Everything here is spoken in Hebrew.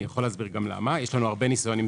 אני יכול להסביר למה יש לנו הרבה ניסיון עם